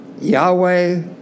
Yahweh